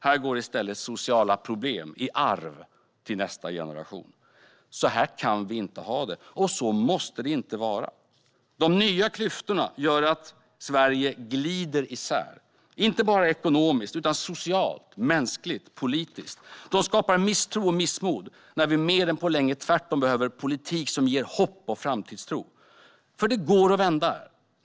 I stället går sociala problem i arv till nästa generation. Så här kan vi inte ha det, och så måste det inte vara. De nya klyftorna gör att Sverige glider isär, inte bara ekonomiskt utan socialt, mänskligt, politiskt. Det skapar misstro och missmod när vi mer än på länge tvärtom behöver en politik som ger hopp och framtidstro, och det går att vända.